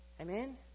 Amen